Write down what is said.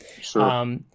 Sure